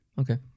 Okay